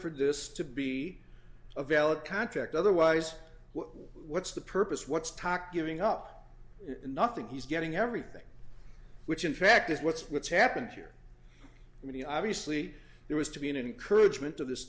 for this to be a valid contract otherwise what's the purpose what's toc giving up nothing he's getting everything which in fact is what's what's happened here i mean obviously there was to be an encouragement of this